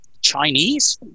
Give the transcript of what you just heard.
Chinese